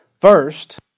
First